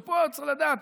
פה צריך לדעת,